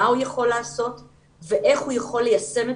מה הוא יכול לעשות ואיך הוא יכול ליישם את